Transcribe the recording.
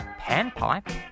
Panpipe